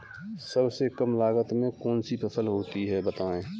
सबसे कम लागत में कौन सी फसल होती है बताएँ?